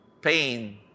pain